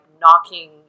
knocking